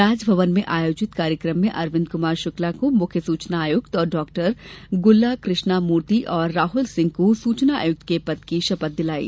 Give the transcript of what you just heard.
राजभवन में आयोजित कार्यक्रम में अरविन्द कुमार शुक्ला को मुख्य सूचना आयुक्त और डाक्टर गोल्ला कृष्णा मूर्ति तथा राहुल सिंह को सूचना आयुक्त के पद की शपथ दिलायी